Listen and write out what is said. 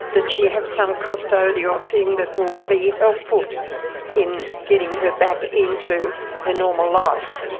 that she had some custodial thing that will will be helpful in getting her back into her normal life.